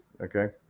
Okay